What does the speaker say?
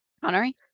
Connery